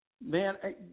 man